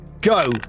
go